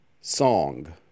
Song